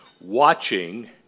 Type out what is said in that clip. watching